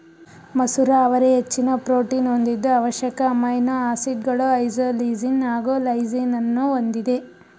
ಮಸೂರ ಅವರೆ ಹೆಚ್ಚಿನ ಪ್ರೋಟೀನ್ ಹೊಂದಿದ್ದು ಅವಶ್ಯಕ ಅಮೈನೋ ಆಸಿಡ್ಗಳು ಐಸೋಲ್ಯೂಸಿನ್ ಹಾಗು ಲೈಸಿನನ್ನೂ ಹೊಂದಿದೆ